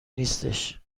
نیستش